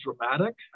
dramatic